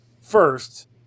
first